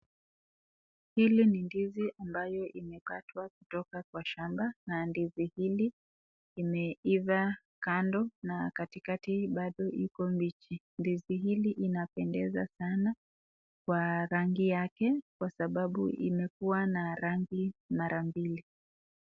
Hili ni ndizi ambalo lime katwa kutoka kwa shamba na ndizi hili limeiva kando na katikati bado iko mbichi. Ndizi hii inapendeza sana kwa rangi yake kwa sababu imekua na rangi mara mbili.